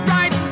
Right